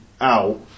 out